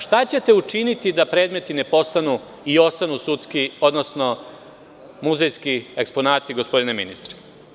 Šta ćete učiniti da predmeti ne postanu i ostanu muzejski eksponati, gospodine ministre?